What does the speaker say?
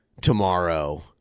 tomorrow